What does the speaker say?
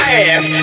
ass